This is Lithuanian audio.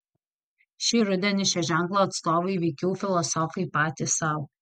šį rudenį šio ženklo atstovai veikiau filosofai patys sau